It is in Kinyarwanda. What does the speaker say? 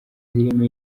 zirimo